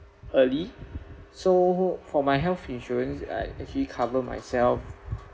early so for my health insurance I actually cover myself